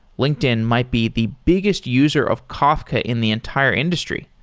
linkedin might be the biggest user of kafka in the entire industry.